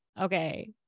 Okay